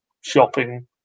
shopping